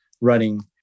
running